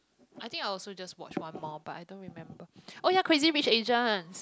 I think I also just watch one more but I don't remember oh ya Crazy Rich Asians